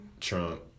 Trump